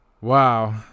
Wow